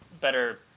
better